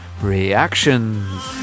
Reactions